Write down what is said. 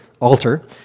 altar